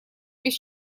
без